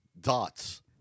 Dots